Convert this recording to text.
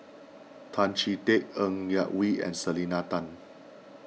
Tan Chee Teck Ng Yak Whee and Selena Tan